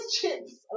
chips